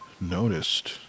noticed